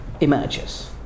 emerges